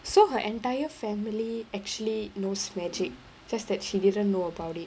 so her entire family actually knows magic just that she didn't know about it